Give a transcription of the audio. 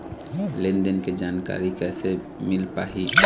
लेन देन के जानकारी कैसे मिल पाही?